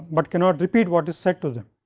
but cannot repeat what is said to them.